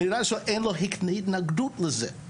בגלל שאין התנגדות לזה.